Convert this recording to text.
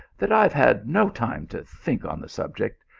that i have had no time to think on the subject.